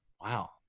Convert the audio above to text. wow